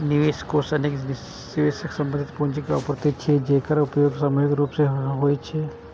निवेश कोष अनेक निवेशक सं संबंधित पूंजीक आपूर्ति छियै, जेकर उपयोग सामूहिक रूप सं होइ छै